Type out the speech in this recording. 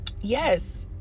yes